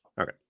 Okay